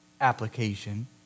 application